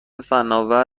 فناور